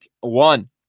one